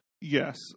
Yes